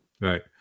Right